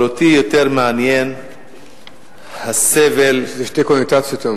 אבל אותי יותר מעניין הסבל, זה שתי קונוטציות: